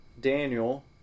Daniel